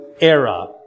era